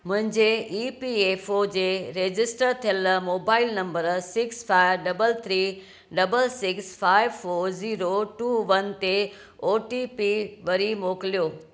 मुंहिंजे ईपीएफओ जे रजिस्टर थियल mobile number six five double three double six five four zero two one ते O T P वरी मोकिलियो